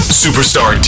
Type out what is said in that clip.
superstar